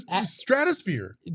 stratosphere